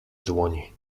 dłoni